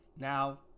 Now